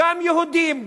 גם יהודים,